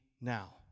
now